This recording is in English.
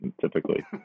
typically